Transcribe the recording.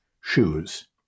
shoes